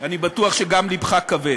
אני בטוח שגם לבך כבד.